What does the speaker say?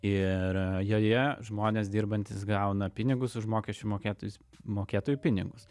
ir joje žmonės dirbantys gauna pinigus už mokesčių mokėtojus mokėtojų pinigus